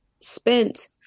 spent